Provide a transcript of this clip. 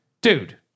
Dude